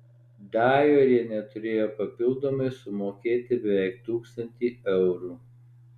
dajorienė turėjo papildomai sumokėti beveik tūkstantį eurų